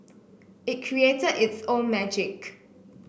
it created its own magic